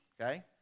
okay